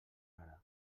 ara